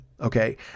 Okay